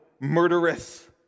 murderous